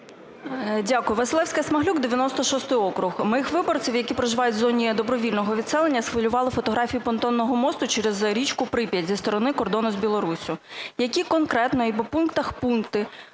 Дякую. Василевська-Смаглюк, 96 округ. Моїх виборців, які проживають в зоні добровільного відселення, схвилювали фотографії понтонного мосту через річку Прип'ять зі сторони кордону з Білоруссю. Які конкретно, і по пунктах, пункти